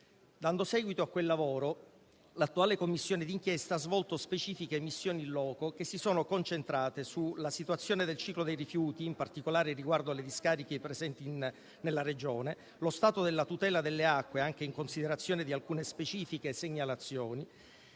Dando seguito a quel lavoro, l'attuale Commissione d'inchiesta ha svolto specifiche missioni *in loco* che si sono concentrate sulla situazione del ciclo dei rifiuti, in particolare riguardo alle discariche presenti nella Regione, sullo stato della tutela delle acque, anche in considerazione di alcune specifiche segnalazioni,